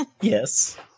Yes